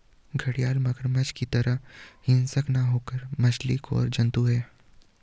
घड़ियाल मगरमच्छ की तरह हिंसक न होकर मछली खोर जंतु है